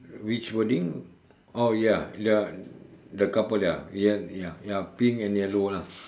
which wording oh ya the the couple ya ya ya pink and yellow lah